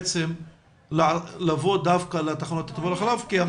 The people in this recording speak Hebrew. לבוא דווקא לתחנות לטיפות החלב כי היא